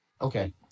Okay